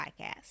podcast